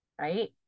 Right